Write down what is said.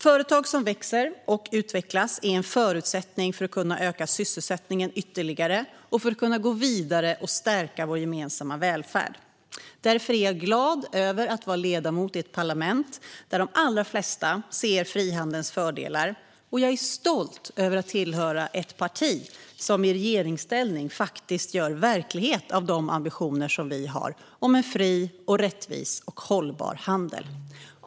Företag som växer och utvecklas är en förutsättning för att sysselsättningen ska kunna ökas ytterligare och för att vi ska kunna gå vidare och stärka vår gemensamma välfärd. Därför är jag glad över att vara ledamot i ett parlament där de allra flesta ser frihandelns fördelar. Jag är också stolt över att tillhöra ett parti som i regeringsställning gör verklighet av de ambitioner vi har när det gäller en fri, rättvis och hållbar handel.